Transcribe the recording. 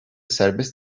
serbest